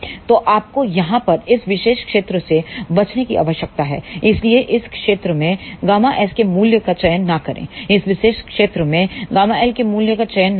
तो आपको यहाँ पर इस विशेष क्षेत्र से बचने की आवश्यकता है इसलिए इस क्षेत्र में Γs के मूल्य का चयन न करें इस विशेष क्षेत्र में ΓL के मूल्य का चयन न करें